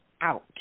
out